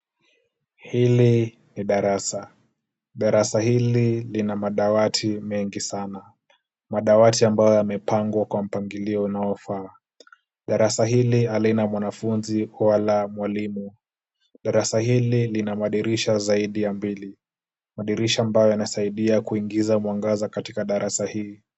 Hili ni darada, darasa hili lina madawati mengi sana. Madawati ambayo yamepangwa kwa mpangilio unaofaa. Darasa hili halina mwanafunzi wala mwalimu. Darasa hili lina madirisha zaidi ya mbili ,madirisha ambayo yanasaidia kuingiza mwangaza katika darasa hili.